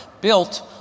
built